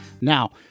Now